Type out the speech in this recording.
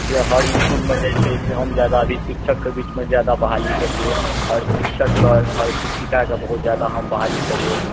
जे हर स्कूल मे जे छै से हम शिक्षक के जादा बहाली केलियै आओर शिक्षक के हर शिक्षिका के हम बहुत जादा हम बहाली केलियै